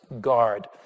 guard